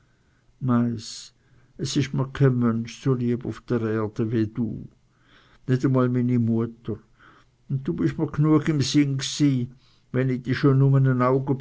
es ist mir kein mensch so lieb gewesen auf der welt wie du nicht einmal meine mutter und du bist mir immer im sinn gewesen wenn ich dich schon nur